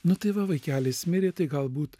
nu tai va vaikelis mirė tai galbūt